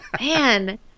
Man